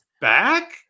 back